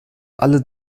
alle